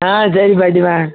ஆ சரி பாட்டியம்மா